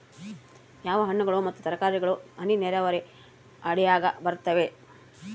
ಯಾವ ಹಣ್ಣುಗಳು ಮತ್ತು ತರಕಾರಿಗಳು ಹನಿ ನೇರಾವರಿ ಅಡಿಯಾಗ ಬರುತ್ತವೆ?